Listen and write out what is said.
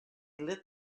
lit